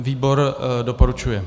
Výbor doporučuje.